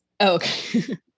Okay